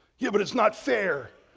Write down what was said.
yeah, but it's not fair.